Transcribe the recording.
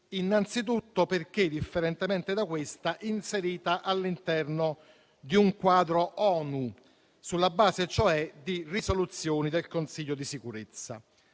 innanzitutto perché, differentemente da questa, inserita all'interno di un quadro ONU, sulla base cioè di risoluzioni del Consiglio di sicurezza.